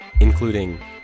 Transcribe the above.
including